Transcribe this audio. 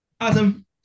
Adam